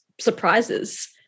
surprises